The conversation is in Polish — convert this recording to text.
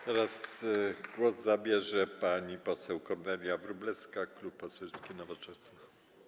Teraz głos zabierze pani poseł Kornelia Wróblewska, Klub Poselski Nowoczesna.